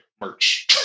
merch